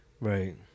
Right